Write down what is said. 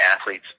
athletes